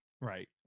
right